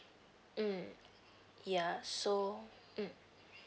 mm ya so mm